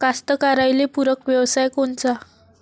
कास्तकाराइले पूरक व्यवसाय कोनचा?